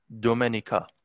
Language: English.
Domenica